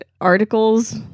articles